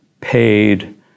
paid